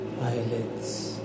eyelids